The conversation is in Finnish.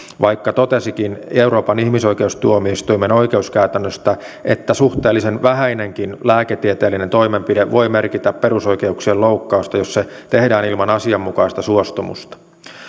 vaikka totesikin euroopan ihmisoikeustuomioistuimen oikeuskäytännöstä että suhteellisen vähäinenkin lääketieteellinen toimenpide voi merkitä perusoikeuksien loukkausta jos se tehdään ilman asianmukaista suostumusta